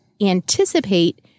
anticipate